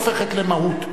השאלה אם הכמות הופכת למהות.